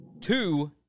Two